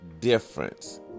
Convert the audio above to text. difference